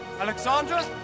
Alexandra